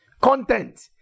Content